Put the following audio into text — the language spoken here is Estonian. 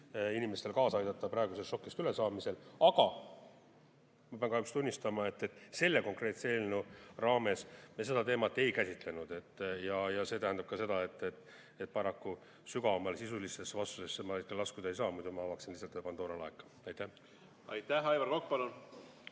inimesi aidata praegusest šokist ülesaamisel. Aga ma pean kahjuks tunnistama, et selle konkreetse eelnõu raames me seda teemat ei käsitlenud. See tähendab ka seda, et paraku sügavamalt ma sisulistesse vastustesse laskuda ei saa, muidu ma avaksin lihtsalt Pandora laeka. Aitäh! Aivar Kokk,